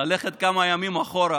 ללכת כמה ימים אחורה,